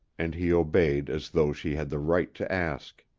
and he obeyed as though she had the right to ask.